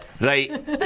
Right